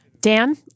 Dan